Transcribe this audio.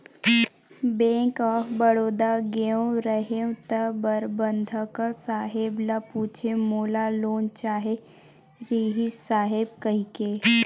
bank of Baroda गेंव रहेव त परबंधक साहेब ल पूछेंव मोला लोन चाहे रिहिस साहेब कहिके